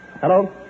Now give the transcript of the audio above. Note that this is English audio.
Hello